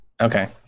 Okay